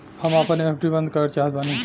हम आपन एफ.डी बंद करल चाहत बानी